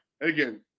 again